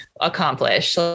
accomplish